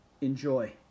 Enjoy